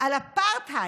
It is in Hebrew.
על אפרטהייד,